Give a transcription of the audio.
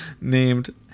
named